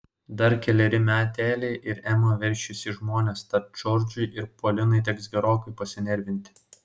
dar keleri meteliai ir ema veršis į žmones tad džordžui ir polinai teks gerokai pasinervinti